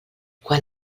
quan